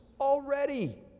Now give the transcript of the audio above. already